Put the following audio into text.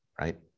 right